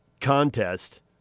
Contest